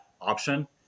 option